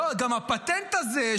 גם הפטנט הזה,